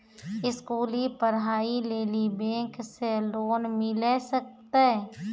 स्कूली पढ़ाई लेली बैंक से लोन मिले सकते?